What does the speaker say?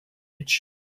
edge